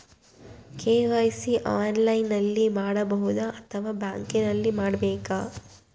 KYC ಆನ್ಲೈನಲ್ಲಿ ಮಾಡಬಹುದಾ ಅಥವಾ ಬ್ಯಾಂಕಿನಲ್ಲಿ ಮಾಡ್ಬೇಕಾ?